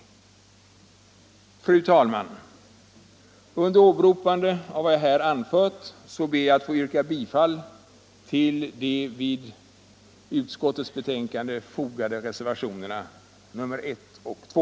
Fru talman! Under åberopande av vad jag här anfört ber jag att få yrka bifall till de vid utskottets betänkande fogade reservationerna I och 2.